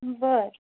बरं